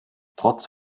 trotz